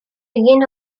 began